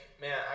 man